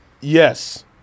yes